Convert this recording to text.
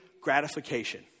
gratification